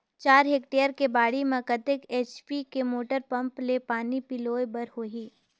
चार हेक्टेयर के बाड़ी म कतेक एच.पी के मोटर पम्म ले पानी पलोय बर होही?